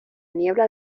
niebla